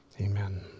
Amen